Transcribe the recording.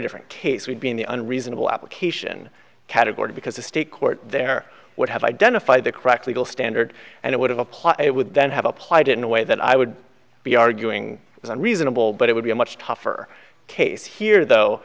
different case would be in the unreasonable application category because the state court there would have identified the correct legal standard and it would have applied it would then have applied in a way that i would be arguing that i'm reasonable but it would be a much tougher case here though